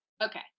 Okay